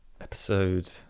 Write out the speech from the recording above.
Episode